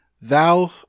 thou